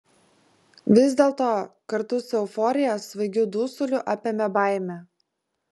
vis dėlto kartu su euforija svaigiu dusuliu apėmė baimė